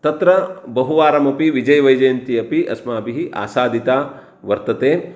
तत्र बहुवारमपि विजयवैजयन्ती अपि अस्माभिः आसादिता वर्तते